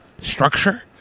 structure